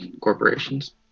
corporations